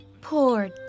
Poor